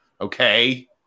okay